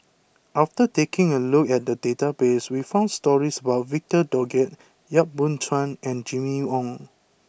after taking a look at the database we found stories about Victor Doggett Yap Boon Chuan and Jimmy Ong